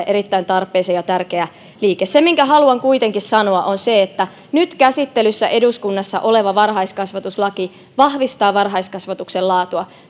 erittäin tarpeeseen ja on tärkeä liike se minkä haluan kuitenkin sanoa on se että nyt käsittelyssä eduskunnassa oleva varhaiskasvatuslaki vahvistaa varhaiskasvatuksen laatua